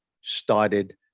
started